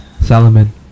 Salomon